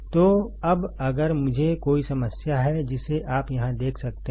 तो अब अगर मुझे कोई समस्या है जिसे आप यहां देख सकते हैं